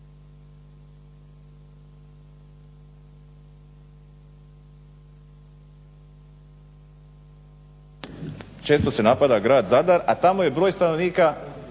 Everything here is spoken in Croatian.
često se napada grad Zadar a tamo je broj stanovnika